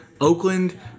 Oakland